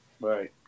Right